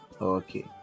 okay